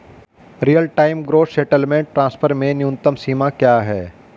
Real time gross settlement transfer में न्यूनतम सीमा क्या है?